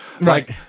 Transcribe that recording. right